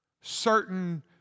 certain